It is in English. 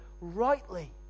rightly